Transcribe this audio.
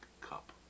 cup